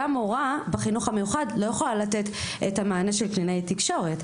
גם מורה בחינוך המיוחד לא יכולה לתת את המענה של קלינאית תקשורת.